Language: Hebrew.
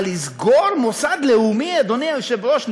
אבל לסגור מוסד לאומי, אדוני היושב-ראש?